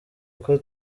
kuko